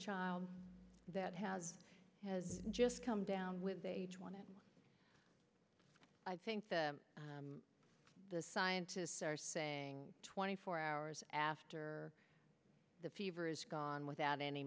child that has has just come down with h one n one i think the the scientists are saying twenty four hours after the fever is gone without any